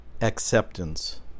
acceptance